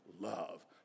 love